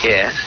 Yes